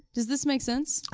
does this makes sense? oh,